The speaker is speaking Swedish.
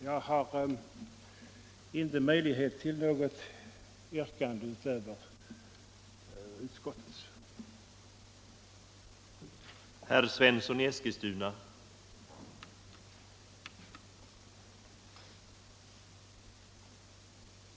Jag har tyvärr inte möjlighet till något annat yrkande än om bifall till utskottets hemställan.